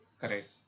Correct